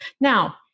Now